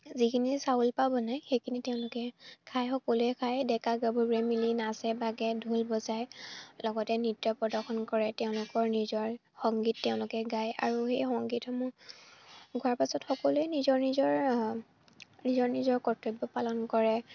যিখিনি চাউলৰ পৰা বনায় সেইখিনি তেওঁলোকে খায় সকলোৱে খায় ডেকা গাভৰুৱে মিলি নাচে বাগে ঢোল বজায় লগতে নৃত্য প্ৰদৰ্শন কৰে তেওঁলোকৰ নিজৰ সংগীত তেওঁলোকে গায় আৰু সেই সংগীতসমূহ গোৱাৰ পাছত সকলোৱে নিজৰ নিজৰ নিজৰ নিজৰ কৰ্তব্য পালন কৰে